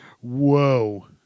Whoa